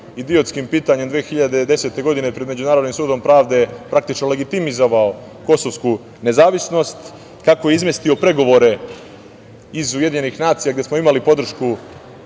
idiotskim pitanjem 2010. godine pred Međunarodnim sudom pravde praktično legitimizovao kosovsku nezavisnost, tako izmestio pregovore iz UN gde smo imali podršku